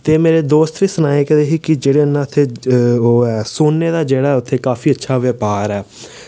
ते मेरे दोस्त बी सनाये केह् हे कि जेह्ड़े उ'ना उत्थै ओह् ऐ सोने दा जेह्ड़ा उत्थै काफी अच्छा बपार ऐ